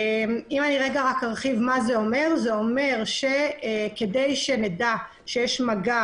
זה אומר שכדי שנדע שיש מגע